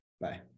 Bye